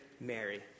Mary